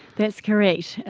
that's correct.